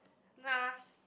nah